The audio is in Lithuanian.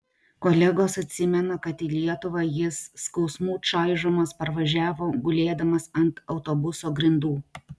kolegos atsimena kad į lietuvą jis skausmų čaižomas parvažiavo gulėdamas ant autobuso grindų